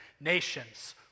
Nations